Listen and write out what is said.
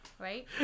right